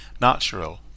natural